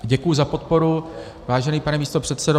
Děkuji za podporu, vážený pane místopředsedo.